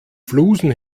flusen